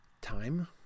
Time